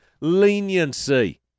leniency